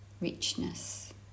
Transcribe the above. richness